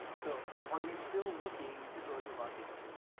so are you still looking to grow your marketing team?